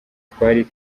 twari